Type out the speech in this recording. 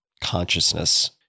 consciousness